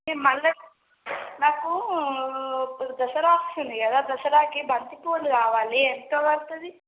మల్లి నాకు దసరా వస్తుంది కదా దసరాకి బంతిపూలు కావాలి ఎంత పడుతుంది